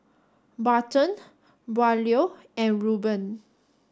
Barton Braulio and Reuben